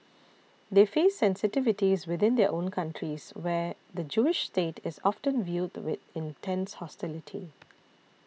they face sensitivities within their own countries where the Jewish state is often viewed with intense hostility